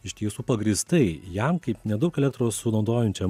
iš tiesų pagrįstai jam kaip ne daug elektros sunaudojančiam